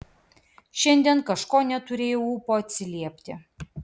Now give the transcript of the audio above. šiandien kažko neturėjau ūpo atsiliepti